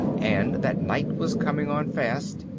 and that night was coming on fast,